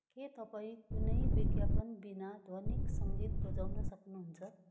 के तपाईँ कुनै विज्ञापन बिना ध्वनिक सङ्गीत बजाउन सक्नुहुन्छ